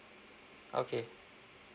okay